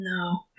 No